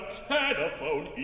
telephone